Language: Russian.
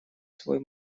свой